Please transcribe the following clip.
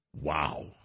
Wow